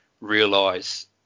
realise